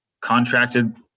contracted